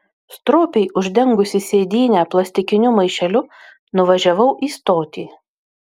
stropiai uždengusi sėdynę plastikiniu maišeliu nuvažiavau į stotį